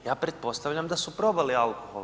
Ja pretpostavljam da su probali alkohol.